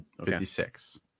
56